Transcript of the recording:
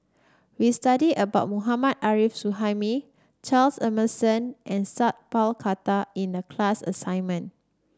we studied about Mohammad Arif Suhaimi Charles Emmerson and Sat Pal Khattar in the class assignment